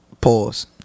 Pause